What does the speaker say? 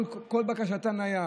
כל בקשתן הייתה